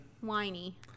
whiny